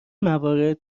موارد